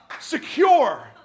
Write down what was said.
secure